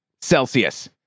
Celsius